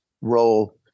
role